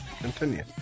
continue